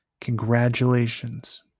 congratulations